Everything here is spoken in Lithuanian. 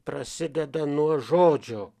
prasideda nuo žodžio